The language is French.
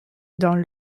dans